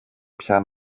πια